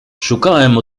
szukałem